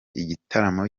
igitaramo